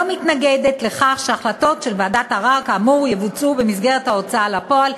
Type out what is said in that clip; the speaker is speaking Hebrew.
לא מתנגדת לכך שהחלטות של ועדת ערר כאמור יבוצעו במסגרת ההוצאה לפועל,